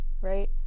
right